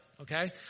okay